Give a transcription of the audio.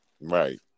Right